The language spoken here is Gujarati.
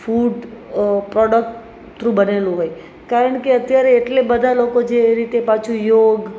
ફૂડ પ્રોડક્ટ થ્રુ બનેલું હોય કારણકે અત્યારે એટલે બધા લોકો જે રીતે પાછું યોગ